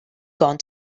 gone